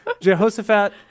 Jehoshaphat